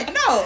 no